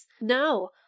No